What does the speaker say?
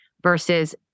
versus